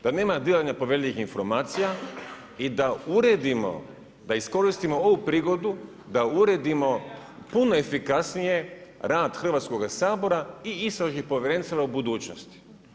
Da nema dilanja povjerljivih informacija i da uredimo, da iskoristimo ovu prigodu, da uredimo puno efikacije rad Hrvatskoga sabora i istražnih povjerenstava u budućnosti.